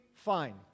fine